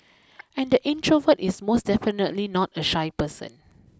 and the introvert is most definitely not a shy person